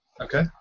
Okay